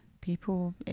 People